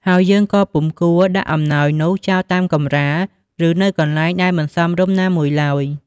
ហើយយើងក៏ពុំគួរដាក់អំណោយនោះចោលតាមកម្រាល ឬនៅកន្លែងដែលមិនសមរម្យណាមួយឡើយ។